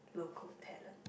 local talent